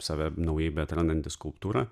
save naujai beprarandanti skulptūra